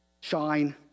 Shine